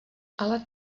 ale